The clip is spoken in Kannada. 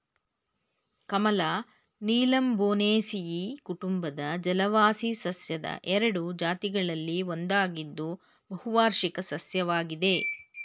ಕಮಲ ನೀಲಂಬೊನೇಸಿಯಿ ಕುಟುಂಬದ ಜಲವಾಸಿ ಸಸ್ಯದ ಎರಡು ಜಾತಿಗಳಲ್ಲಿ ಒಂದಾಗಿದ್ದು ಬಹುವಾರ್ಷಿಕ ಸಸ್ಯವಾಗಿದೆ